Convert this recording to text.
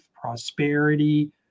prosperity